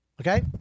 Okay